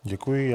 Děkuji.